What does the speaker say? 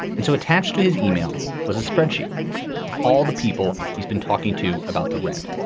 and so attached to his email was a spreadsheet of all the people he's been talking to about the rent.